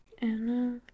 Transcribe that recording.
Anna